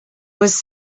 was